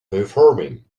performing